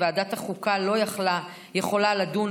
ועדת החוקה לא יכולה לדון,